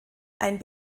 ein